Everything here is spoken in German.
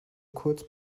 kurz